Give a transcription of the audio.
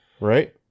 Right